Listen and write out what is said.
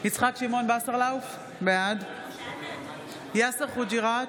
יצחק שמעון וסרלאוף, בעד יאסר חוג'יראת,